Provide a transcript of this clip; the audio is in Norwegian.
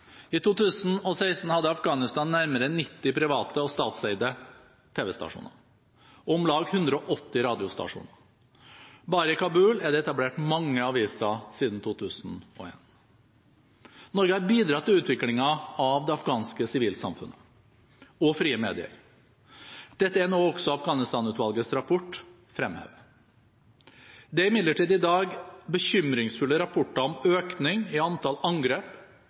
I 2016 hadde Afghanistan nærmere 90 private og statseide tv-stasjoner og om lag 180 radiostasjoner. Bare i Kabul er det etablert mange aviser siden 2001. Norge har bidratt til utviklingen av det afghanske sivilsamfunnet og frie medier. Dette er noe også Afghanistan-utvalgets rapport fremhever. Det er imidlertid i dag bekymringsfulle rapporter om økning i antall angrep